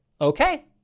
okay